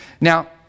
Now